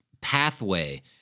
pathway